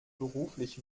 beruflich